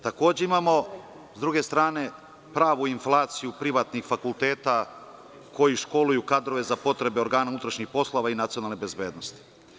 Takođe, imamo sa druge strane pravu inflaciju privatnih fakulteta koji školuju kadrove za potrebe organa unutrašnjih poslova i nacionalne bezbednosti.